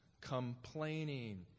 complaining